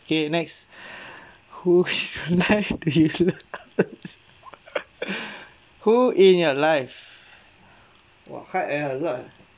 okay next who who in your life !wah! hard eh a lot